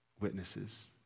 witnesses